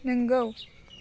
नोंगौ